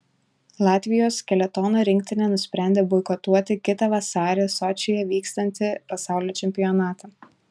latvijos skeletono rinktinė nusprendė boikotuoti kitą vasarį sočyje vyksiantį pasaulio čempionatą